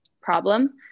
problem